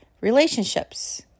relationships